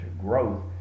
growth